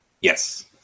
Yes